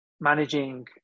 managing